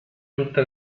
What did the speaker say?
tutte